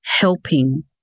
helping